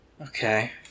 Okay